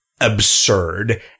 absurd